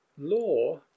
law